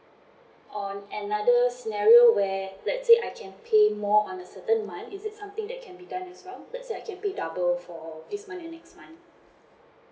on another scenario where let's say I can pay more on a certain month is it something that can be done as well let's say I can pay double for this month and next month